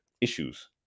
issues